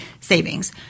savings